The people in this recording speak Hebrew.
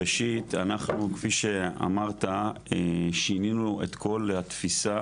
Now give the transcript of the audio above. ראשית, אנחנו כפי שאמרת שינינו את כל התפיסה